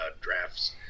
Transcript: drafts